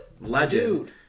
Legend